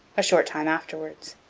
a short time afterwards.